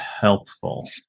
helpful